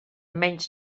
menys